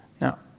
Now